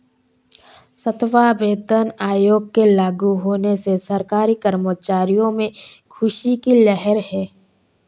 सातवां वेतन आयोग के लागू होने से सरकारी कर्मचारियों में ख़ुशी की लहर है